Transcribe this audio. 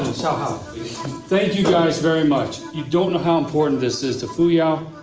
um thank you guys very much. you don't know how important this is to fool ya.